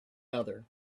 other